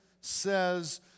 says